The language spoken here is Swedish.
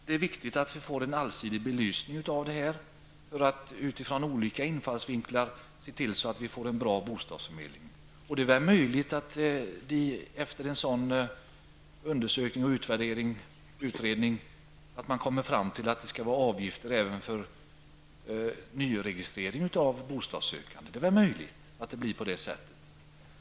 Det är viktigt att vi får en allsidig belysning utifrån olika infallsvinklar för att kunna se till att vi får en bra bostadsförmedling. Det är möjligt att man efter en sådan utredning kommer fram till att det skall vara avgifter även för nyregistrering av bostadssökande.